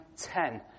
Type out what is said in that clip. ten